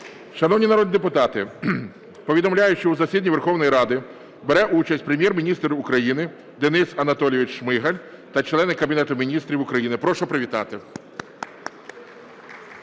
Шановні народні депутати, повідомляю, що у засіданні Верховної Ради бере участь Прем'єр-міністр України Денис Анатолійович Шмигаль та члени Кабінету Міністрів України. Прошу привітати.